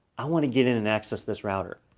i wanna get in and access this router,